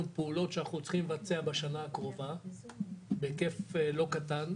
פעולות שאנחנו צריכים לבצע בשנה הקרובה בהיקף לא קטן,